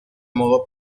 modo